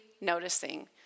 noticing